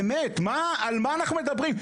באמת, על מה אנחנו מדברים?